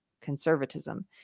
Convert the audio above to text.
conservatism